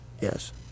yes